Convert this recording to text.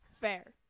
Fair